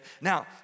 now